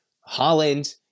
Holland